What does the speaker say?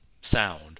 sound